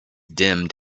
dimmed